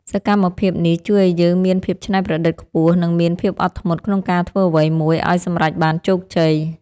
សកម្មភាពនេះជួយឱ្យយើងមានភាពច្នៃប្រឌិតខ្ពស់ និងមានភាពអត់ធ្មត់ក្នុងការធ្វើអ្វីមួយឱ្យសម្រេចបានជោគជ័យ។